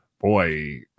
Boy